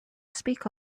speak